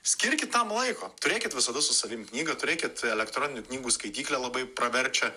skirkit tam laiko turėkit visada su savim knygą turėkit elektroninių knygų skaityklę labai praverčia